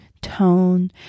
tone